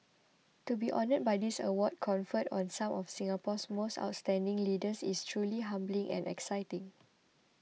to be honoured by this award conferred on some of Singapore's most outstanding leaders is truly humbling and exciting